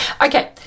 Okay